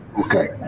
Okay